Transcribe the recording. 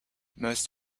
most